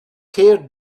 tear